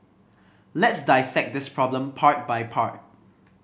let's dissect this problem part by part